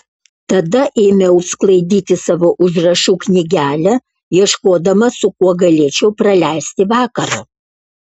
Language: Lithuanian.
tada ėmiau sklaidyti savo užrašų knygelę ieškodamas su kuo galėčiau praleisti vakarą